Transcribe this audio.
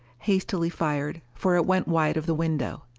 hastily fired, for it went wide of the window.